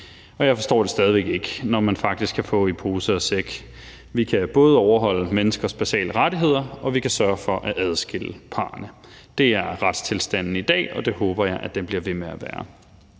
og jeg forstår det stadig væk ikke, når man faktisk kan få i pose og sæk. Vi kan både overholde menneskers basale rettigheder og sørge for at adskille parrene. Det er retstilstanden i dag, og det håber jeg det bliver ved med at være.